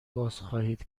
بازخواهید